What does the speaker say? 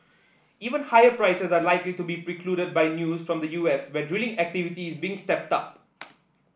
even higher prices are likely to be precluded by news from the U S where drilling activity is being stepped up